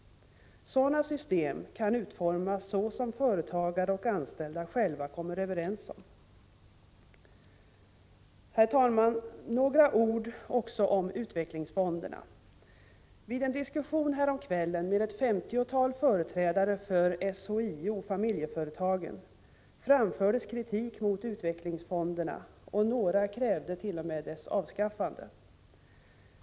Sådana system kan utformas så som företagare och anställda själva kommer överens om. Herr talman! Några ord också om utvecklingsfonderna. Vid en diskussion häromkvällen med ett femtiotal företrädare för SHIO-Familjeföretagen framfördes kritik mot utvecklingsfonderna, och några krävde t.o.m. deras avskaffande.